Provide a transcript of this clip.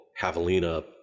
javelina